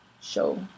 show